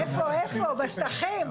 בשטחים.